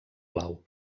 blau